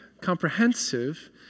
comprehensive